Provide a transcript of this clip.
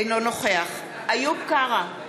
אינו נוכח איוב קרא,